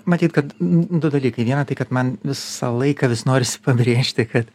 matyt kad du dalykai viena tai kad man visą laiką vis norisi pabrėžti kad